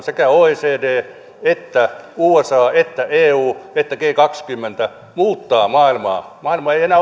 sekä oecd että usa että eu että g kaksikymmentä muuttaa maailmaa maailma ei enää